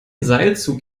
seilzug